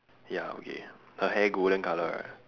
ya okay her hair golden colour right